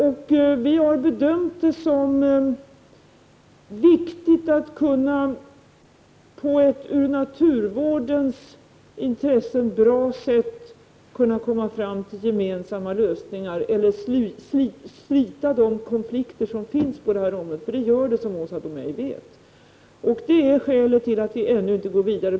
Vi har bedömt det som viktigt att på ett från naturvårdssynpunkt bra sätt kunna komma fram till gemensamma lösningar eller lösa de konflikter som finns på det här området — sådana finns, som Åsa Domeij vet. Det är skälet till att vi ännu inte går vidare.